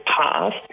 past